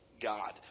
God